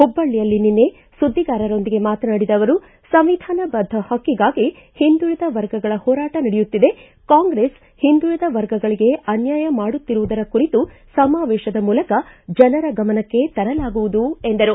ಹುಬ್ಬಳ್ಳಿಯಲ್ಲಿ ನಿನ್ನ ಸುದ್ದಿಗಾರೊಂದಿಗೆ ಮಾತನಾಡಿದ ಅವರು ಸಂವಿಧಾನ ಬದ್ದ ಹಕ್ಕಿಗಾಗಿ ಹಿಂದುಳಿದ ವರ್ಗಗಳ ಹೋರಾಟ ನಡೆಯುತ್ತಿದೆ ಕಾಂಗ್ರೆಸ್ ಒಂದುಳಿದ ವರ್ಗಗಳಿಗೆ ಅನ್ನಾಯ ಮಾಡುತ್ತಿರುವುದರ ಕುರಿತು ಸಮಾವೇಶದ ಮೂಲಕ ಜನರ ಗಮನಕ್ಕೆ ತರಲಾಗುವುದು ಎಂದರು